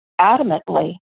adamantly